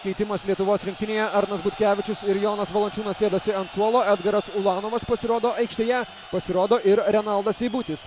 keitimas lietuvos rinktinėje arnas butkevičius ir jonas valančiūnas sėdasi ant suolo edgaras ulanovas pasirodo aikštėje pasirodo ir renaldas seibutis